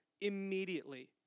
immediately